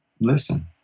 listen